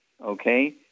okay